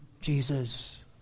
Jesus